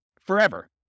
forever